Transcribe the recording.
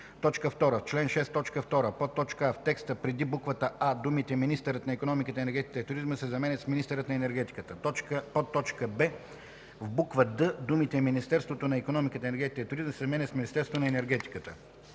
2. В чл. 6, т. 2: а) в текста преди буква „а” думите „министърът на икономиката, енергетиката и туризма” се заменят с „министърът на енергетиката”; б) в буква „д” думите „Министерството на икономиката, енергетиката и туризма” се заменят с „Министерството на енергетиката”.”